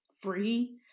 free